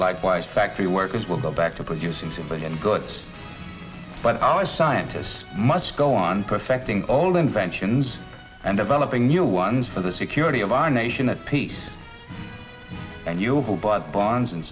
likewise factory workers will go back to producing to play and goods but our scientists must go on perfecting all inventions and developing new ones for the security of our nation at peace and you bought bonds